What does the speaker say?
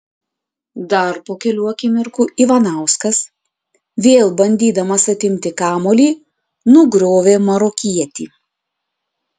dar po kelių akimirkų ivanauskas vėl bandydamas atimti kamuolį nugriovė marokietį